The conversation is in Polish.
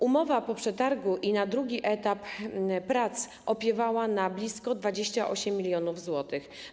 Umowa po przetargu na drugi etap prac opiewała na blisko 28 mln zł.